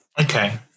Okay